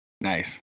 Nice